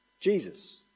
Jesus